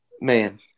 man